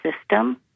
system